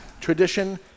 tradition